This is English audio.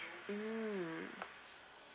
mm